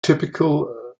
typical